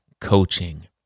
Coaching